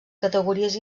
categories